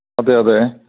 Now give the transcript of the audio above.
അതെ അതെ